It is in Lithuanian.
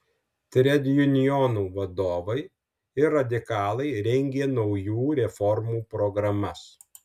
tredjunionų vadovai ir radikalai rengė naujų reformų programas